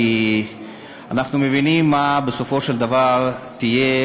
כי אנחנו מבינים מה בסופו של דבר תהיה